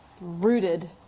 rooted